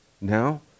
now